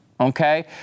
Okay